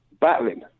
battling